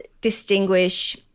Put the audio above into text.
distinguish